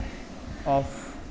off